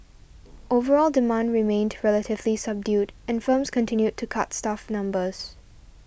overall demand remained relatively subdued and firms continued to cut staff numbers